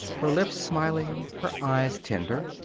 her lips smiling, her eyes tender.